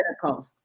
critical